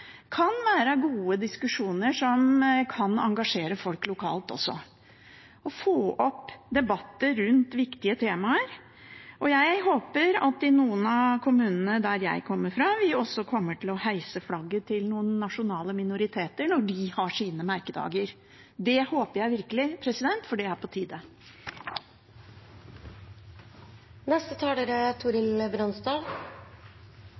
kan være gode diskusjoner, som kan engasjere folk lokalt også, og få opp debatter rundt viktige temaer. Og jeg håper at i noen av kommunene der jeg kommer fra, kommer vi også til å heise flagget til noen nasjonale minoriteter når de har sine merkedager. Det håper jeg virkelig, for det er på tide.